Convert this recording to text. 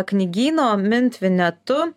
knygyno mintvinetu